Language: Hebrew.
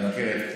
אני מכיר את